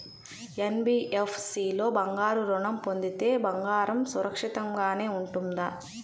NBFC లో బంగారు ఋణం పొందితే బంగారం సురక్షితంగానే ఉంటుందా?